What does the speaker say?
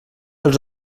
els